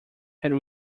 had